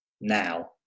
now